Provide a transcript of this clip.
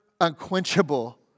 unquenchable